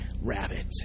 rabbit